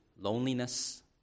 loneliness